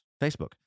Facebook